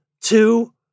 two